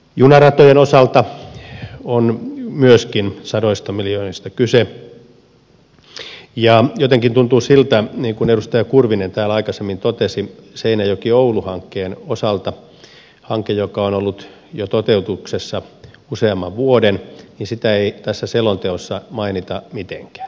junaratojen osalta on myöskin sadoista miljoonista kyse ja jotenkin tuntuu kummalliselta niin kuin edustaja kurvinen täällä aikaisemmin totesi seinäjokioulu hankkeen osalta että hanketta joka on ollut toteutuksessa jo useamman vuoden ei tässä selonteossa mainita mitenkään